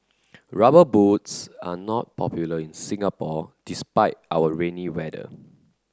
rubber boots are not popular in Singapore despite our rainy weather